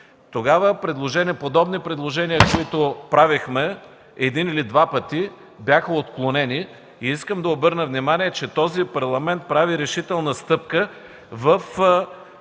Тогава подобни предложения, които правехме един или два пъти, бяха отклонени. Искам да обърна внимание, че този Парламент прави решителна стъпка в